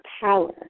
power